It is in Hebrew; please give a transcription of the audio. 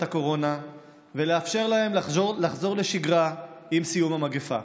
הקורונה ולאפשר להם לחזור לשגרה עם סיום המגפה,